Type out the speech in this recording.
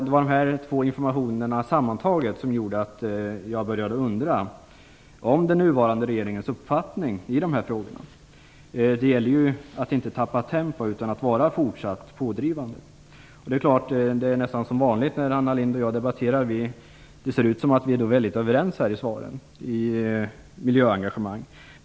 Det var dessa två informationer sammantaget som gjorde att jag började undra om den nuvarande regeringens uppfattning i dessa frågor. Det gäller att inte tappa tempo utan att fortsätta driva på. Det är nästan som vanligt när Anna Lindh och jag debatterar. Det ser ut som om vi är överens om miljöengagemanget.